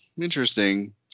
interesting